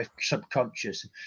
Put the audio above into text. subconscious